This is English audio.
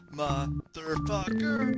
motherfucker